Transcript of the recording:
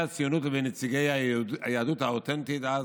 הציונות לבין נציגי היהדות האותנטית אז,